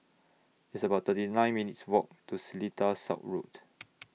It's about thirty nine minutes' Walk to Seletar South Road